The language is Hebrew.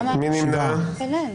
הסתכלתי.